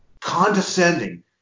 condescending